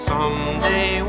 Someday